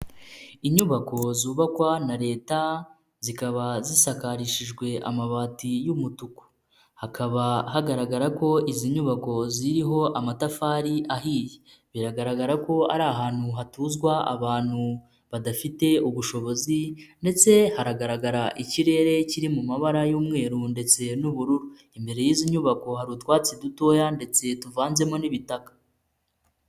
Inyubako zubakwa na Leta, zikaba zisakarishijwe amabati y'umutuku, hakaba hagaragara ko izi nyubako ziriho amatafari ahiye, biragaragara ko ari ahantu hatuzwa abantu badafite ubushobozi ndetse hahanagaragara ikirere kiri mu mabara y'umweru ndetse n'ubururu, imbere y'izi nyubako hari utwatsi dutoya ndetse tuvanzemo n'ibitaka.